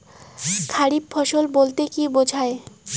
খারিফ ফসল বলতে কী বোঝায়?